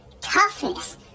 toughness